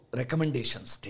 recommendations